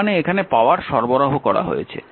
তার মানে এখানে পাওয়ার সরবরাহ করা হয়েছে